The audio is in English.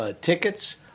tickets